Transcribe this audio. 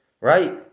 Right